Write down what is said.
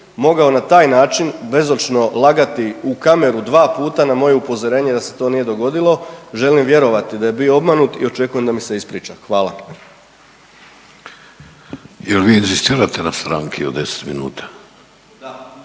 mogao na taj način bezočno lagati u kameru dva puta na moje upozorenje da se to nije dogodilo, želim vjerovati da je bio obmanut i očekujem da mi se ispriča, hvala.